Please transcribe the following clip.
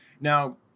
Now